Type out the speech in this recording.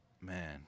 Man